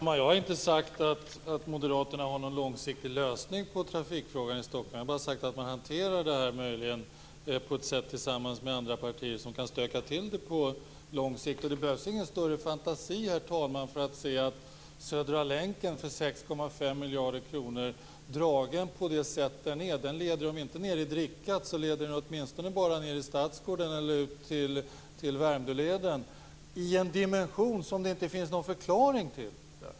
Herr talman! Jag har inte sagt att moderaterna har någon långsiktig lösning på trafikfrågan i Stockholm. Jag har bara sagt att man tillsammans med andra partier möjligen hanterar det här på ett sätt som kan stöka till det på lång sikt. Det behövs ingen större fantasi, herr talman, för att se att Södra länken för 6,5 miljarder kronor, dragen på det sätt den är leder om inte ned i "drickat" så åtminstone bara ned i Stadsgården eller ut till Värmdöleden, i en dimension som det inte finns någon förklaring till.